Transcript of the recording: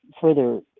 Further